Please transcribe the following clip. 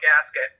gasket